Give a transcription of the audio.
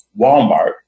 Walmart